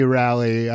rally